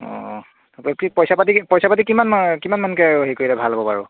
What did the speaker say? অঁ কি পইচা পাতি পইচা পাতি কিমানমা কিমানমানকৈ হেৰি কৰিলে ভাল হ'ব বাৰু